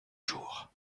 jour